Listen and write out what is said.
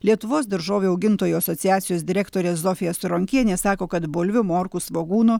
lietuvos daržovių augintojų asociacijos direktorė zofija cironkienė sako kad bulvių morkų svogūnų